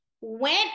went